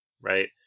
right